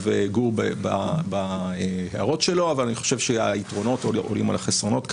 גור בליי בהערות שלו אבל אני חושב שהיתרונות עולים על החסרונות.